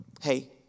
hey